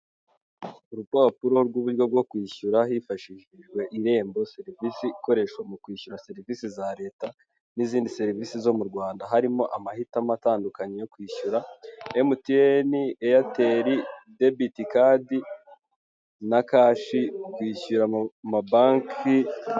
Urupapuro rw'uburyo bwo kwishyura hifashishijwe irembo serivisi ikoreshwa mu kwishyura serivisi za leta n' izindi serivisi zo mu rwanda harimo amahitamo atandukanye yo kwishyura Mtn ,airtel ,debet Card na cashi kwishyura mu mabanki .